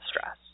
stress